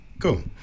Cool